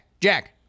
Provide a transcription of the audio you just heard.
Jack